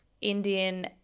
Indian